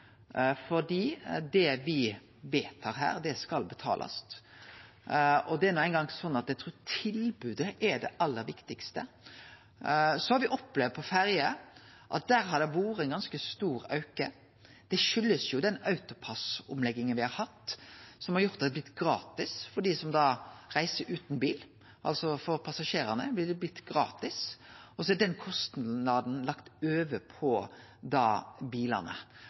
fordi det me vedtar her, skal betalast. Og det er no eingong slik at eg trur tilbodet er det aller viktigaste. Så har me opplevd at det på ferjer har vore ein ganske stor auke. Det kjem jo av den AutoPASS-omlegginga me har hatt, som har gjort at det har blitt gratis for dei som reiser utan bil, altså passasjerane. Så er den kostnaden lagt over på bilane. Det